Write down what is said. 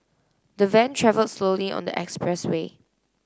the van travelled slowly on the expressway